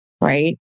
right